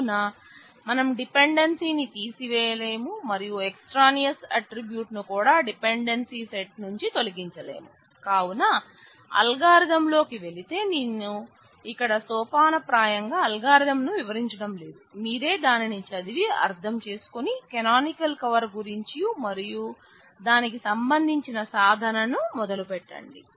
కావున మనం డిపెండెన్సీ గురించి మరియు దానికి సంబంధించిన సాధనను మొదలుపెట్టండి